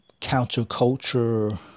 counterculture